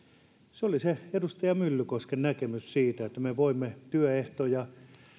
se oli se edustaja myllykosken näkemys siitä että me voimme työehtoja edistää